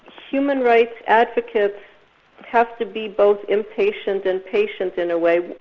human rights advocates have to be both impatient and patient in a way.